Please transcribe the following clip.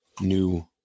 new